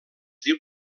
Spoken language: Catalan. diu